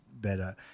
better